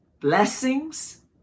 blessings